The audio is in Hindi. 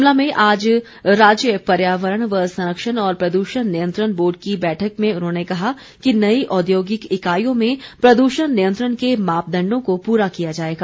शिमला में आज राज्य पर्यावरण य संरक्षण और प्रदूषण नियंत्रण बोर्ड की बैठक में उन्होंने कहा कि नई औद्योगिक इकाईयों में प्रदूषण नियंत्रण के मापदण्डों को पूरा किया जाएगा